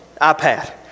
iPad